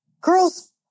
Girls